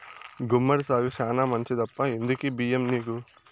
గుమ్మడి సాగు శానా మంచిదప్పా ఎందుకీ బయ్యం నీకు